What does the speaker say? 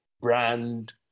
brand